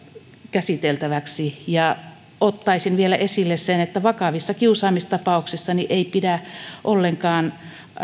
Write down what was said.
käsiteltäväksi ja ottaisin vielä esille sen että vakavissa kiusaamistapauksissa ei pidä ollenkaan